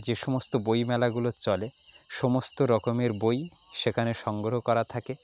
যে সমস্ত বই মেলাগুলো চলে সমস্ত রকমের বই সেখানে সংগ্রহ করা থাকে